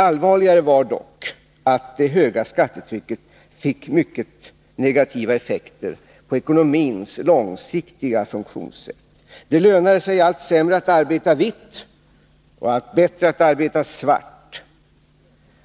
Allvarligare var dock att det höga skattetrycket fick mycket negativa effekter på ekonomins långsiktiga funktionssätt. Det lönade sig allt sämre att arbeta vitt och allt bättre att arbeta svart.